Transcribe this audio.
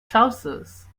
trousers